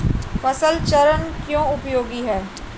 फसल चरण क्यों उपयोगी है?